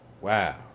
wow